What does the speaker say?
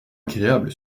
agréable